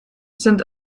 sind